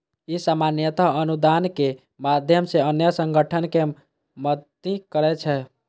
ई सामान्यतः अनुदानक माध्यम सं अन्य संगठन कें मदति करै छै